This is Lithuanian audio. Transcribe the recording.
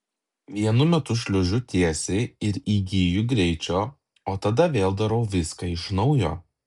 vienu metu šliuožiu tiesiai ir įgyju greičio o tada vėl darau viską iš naujo